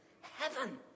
heaven